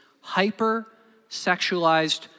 hyper-sexualized